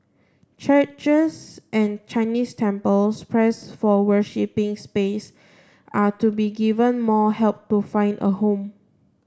churches and Chinese temples pressed for worshipping space are to be given more help to find a home